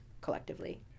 collectively